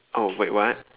oh wait what